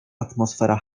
atmosfera